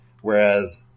whereas